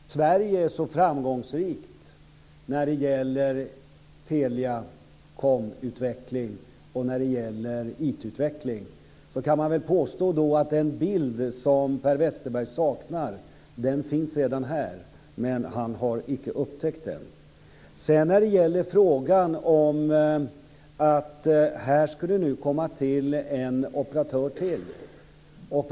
Fru talman! Eftersom Sverige är så framgångsrikt när det gäller telekomutveckling och IT-utveckling kan man påstå att den bild som Per Westerberg saknar redan finns här, men han har inte upptäckt den. Här ska det nu komma till en operatör.